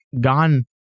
gone